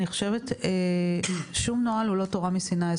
אני חושבת ששום נוהל הוא לא תורה מסיני.